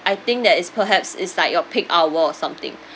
I think that is perhaps it's like your peak hour or something